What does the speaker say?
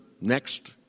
next